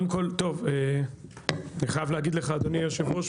אני חייב להגיד לך אדוני היושב-ראש,